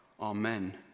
Amen